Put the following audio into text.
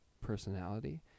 personality